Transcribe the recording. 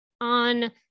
on